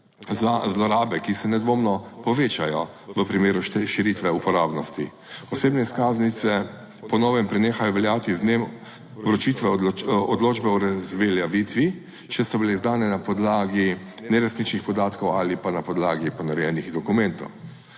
za zlorabe, ki se, nedvomno. Povečajo v primeru širitve uporabnosti. Osebne izkaznice po novem prenehajo veljati z dnem vročitve odločbe o razveljavitvi, če so bile izdane na podlagi neresničnih podatkov ali pa na podlagi ponarejenih dokumentov.